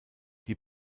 die